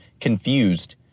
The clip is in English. confused